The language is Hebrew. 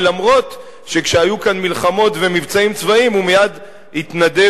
ולמרות העובדה שכשהיו כאן מלחמות ומבצעים צבאיים הוא מייד התנדב